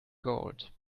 gold